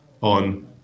on